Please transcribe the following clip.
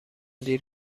دیر